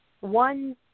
one